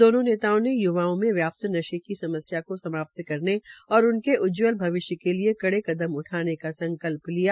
दोनों नेताओं ने य्वाओं में व्याप्त नशे की समस्या को समाप्त करने और उनके उज्जवल भविष्य के लिये कड़े कदम उठाने का संकल्प लिया